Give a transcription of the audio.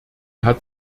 hat